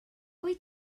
wyt